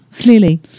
Clearly